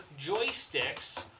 joysticks